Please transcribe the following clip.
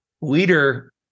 Leader